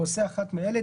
עונשין העושה אחת מאלה,